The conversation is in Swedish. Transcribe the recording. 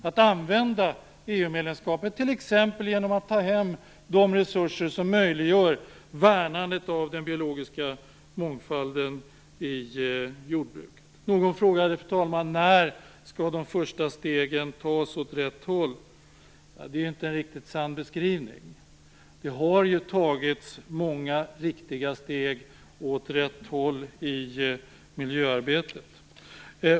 EU medlemskapet kan användas t.ex. när det gäller att ta hem de resurser som möjliggör värnandet av den biologiska mångfalden i jordbruket. Någon frågade när de första stegen åt rätt håll skall tas. Det är inte en riktigt sann beskrivning. Många riktiga steg har ju tagits åt rätt håll i miljöarbetet.